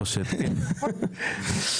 חריג,